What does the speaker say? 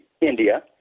India